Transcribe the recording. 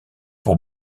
pour